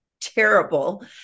terrible